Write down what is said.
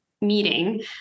Meeting